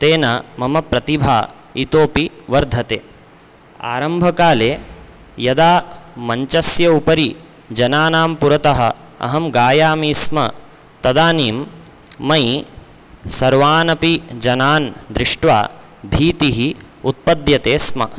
तेन मम प्रतिभा इतोऽपि वर्धते आम्भकाले यदा मञ्चस्य उपरि जनानां पुरतः अहं गायामि स्म तदानीं मयि सर्वानपि जनान् दृष्ट्वा भीतिः उत्पद्यते स्म